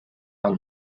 del